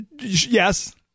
yes